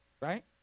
Right